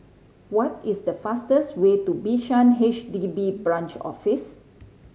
what is the fastest way to Bishan H D B Branch Office